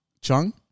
Chung